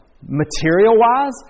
material-wise